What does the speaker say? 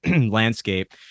landscape